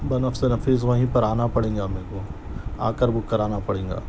بنفسِ نفیس وہیں پر آنا پڑے گا میرے کو آکر بک کرانا پڑے گا